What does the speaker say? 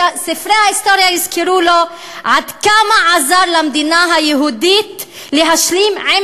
שספרי ההיסטוריה יזכרו לו עד כמה עזר למדינה היהודית להשלים עם